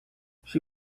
she